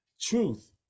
truth